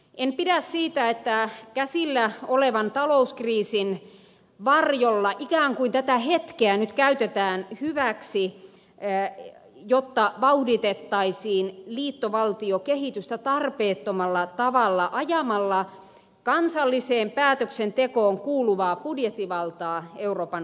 en pidä siitä että käsillä olevan talouskriisin varjolla ikään kuin tätä hetkeä nyt käytetään hyväksi jotta vauhditettaisiin liittovaltiokehitystä tarpeettomalla tavalla ajamalla kansalliseen päätöksentekoon kuuluvaa budjettivaltaa euroopan unionille